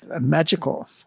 magical